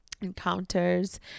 encounters